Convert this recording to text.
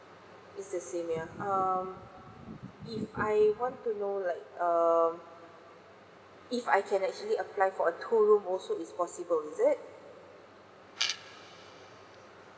is the same ya um if I want to know like um if I can actually apply for a two room also is possible is it